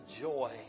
joy